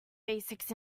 basics